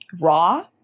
raw